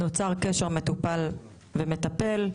נוצר קשר מטופל ומטפל,